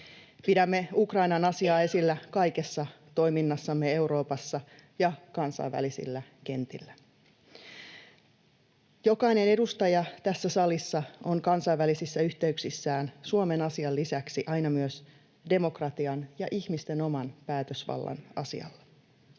Pidämme Ukrainan asiaa esillä kaikessa toiminnassamme Euroopassa ja kansainvälisillä kentillä. Jokainen edustaja tässä salissa on kansainvälisissä yhteyksissään Suomen asian lisäksi aina myös demokratian ja ihmisten oman päätösvallan asialla.